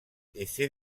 essaie